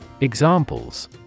Examples